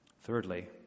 Thirdly